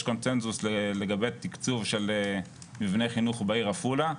קונצנזוס לגבי תקצוב של מבנה חינוך בעיר עפולה.